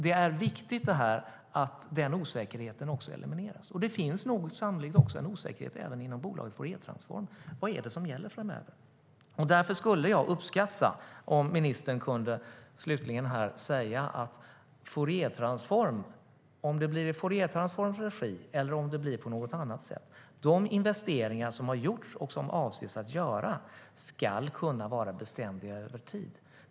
Det är viktigt att osäkerheten elimineras, och det finns sannolikt en osäkerhet även inom bolaget Fouriertransform om vad som gäller framöver. Därför skulle jag uppskatta om ministern slutligen här kunde säga om det blir i Fouriertransforms regi eller om det blir på något annat sätt. De investeringar som har gjorts och som avses göras ska kunna vara beständiga över tid.